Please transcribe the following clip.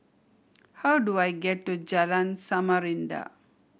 how do I get to Jalan Samarinda